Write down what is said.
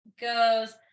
goes